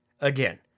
Again